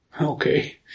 okay